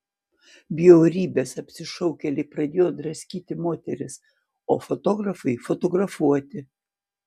bjaurybės apsišaukėliai pradėjo draskyti moteris o fotografai fotografuoti